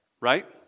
Right